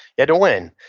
had to win.